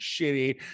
shitty